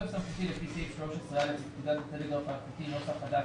סמכותי לפי סעיף 13(א) לפקודת הטלגרף האלחוטי (נוסח חדש),